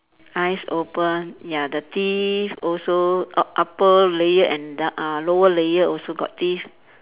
eyes open ya the teeth also uh upper layer and ‎d~ uh lower layer also got teeth